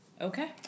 Okay